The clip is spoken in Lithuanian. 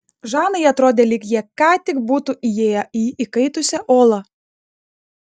žanai atrodė lyg jie ką tik būtų įėję į įkaitusią olą